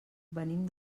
venim